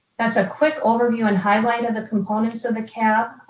that's a quick overview in highlighting the components of the cab.